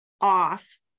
off